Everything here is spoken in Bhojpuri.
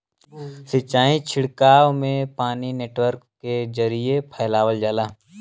सिंचाई छिड़काव में पानी नेटवर्क के जरिये फैलावल जाला